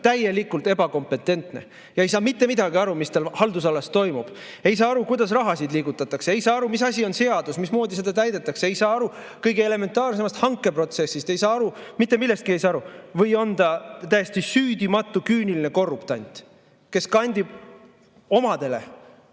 täielikult ebakompetentne ja ei saa mitte midagi aru, mis tema haldusalas toimub, ei saa aru, kuidas rahasid liigutatakse, ei saa aru, mis asi on seadus, mismoodi seda täidetakse, ei saa aru kõige elementaarsemast hankeprotsessist, ei saa aru mitte millestki või on ta täiesti süüdimatu küüniline korruptant, kes kandib omadele,